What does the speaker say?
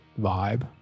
vibe